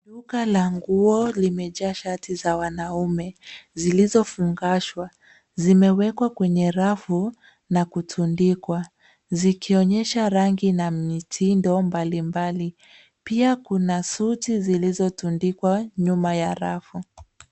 Duka la nguo limejaa shati za wanaume zilizofungashwa. Zimewekwa kwenye rafu na kutundikwa, zikionyesha rangi na mitindo mbalimbali .Pia Kuna suti zilizotundikwa nyuma ya rafu.